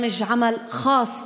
אשר נחשב משבר